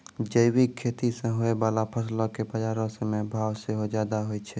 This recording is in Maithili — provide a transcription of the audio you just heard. जैविक खेती से होय बाला फसलो के बजारो मे भाव सेहो ज्यादा होय छै